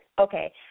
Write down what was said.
Okay